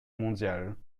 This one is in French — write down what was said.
mondiale